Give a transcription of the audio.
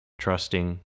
trusting